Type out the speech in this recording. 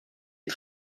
est